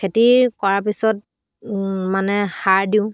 খেতি কৰা পিছত মানে সাৰ দিওঁ